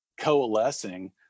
coalescing